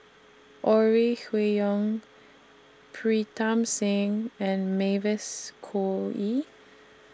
Ore Huiying Pritam Singh and Mavis Khoo Oei